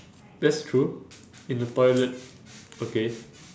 that's true in a toilet okay